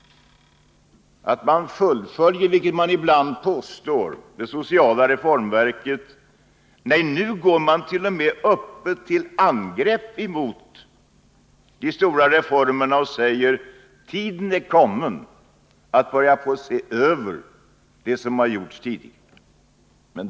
Man fullföljer inte, som man ibland påstår, det sociala reformverket. Nej, nu går man t.o.m. öppet till angrepp mot de stora reformerna och säger att tiden är kommen att börja se över det som har gjorts tidigare.